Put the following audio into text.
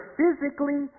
physically